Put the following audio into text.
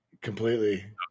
Completely